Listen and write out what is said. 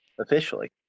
officially